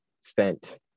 spent